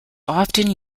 often